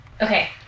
Okay